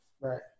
Right